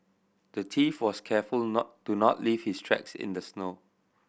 the thief was careful not to not leave his tracks in the snow